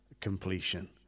completion